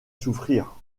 souffrir